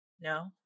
No